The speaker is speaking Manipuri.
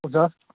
ꯑꯣꯖꯥ